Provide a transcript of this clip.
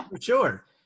sure